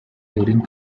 during